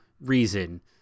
reason